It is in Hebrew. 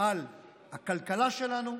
על הכלכלה שלנו,